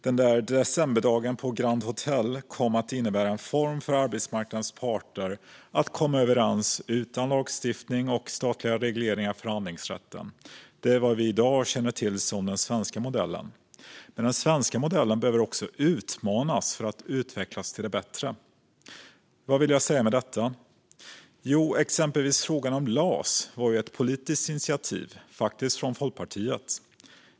Den där decemberdagen på Grand Hôtel kom att innebära en form för arbetsmarknadens parter att komma överens utan lagstiftning och statliga regleringar i förhandlingsrätten. Det är vad vi i dag känner till som den svenska modellen. Men den svenska modellen behöver också utmanas för att utvecklas till det bättre. Vad vill jag säga med detta? Jo, exempelvis frågan om LAS var ett politiskt initiativ - faktiskt från Folkpartiet.